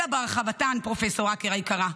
אלא בהרחבתן, פרופ' הקר היקרה.